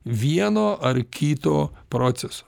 vieno ar kito proceso